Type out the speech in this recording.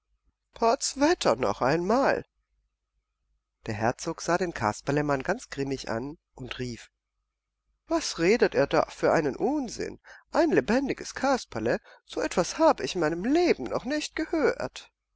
potzwetter noch einmal der herzog sah den kasperlemann ganz grimmig an und rief was redet er da für unsinn ein lebendiges kasperle so etwas habe ich in meinem leben noch nicht gehört